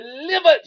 delivered